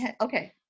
okay